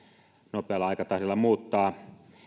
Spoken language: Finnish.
nopealla aikatahdilla muuttaa